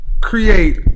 create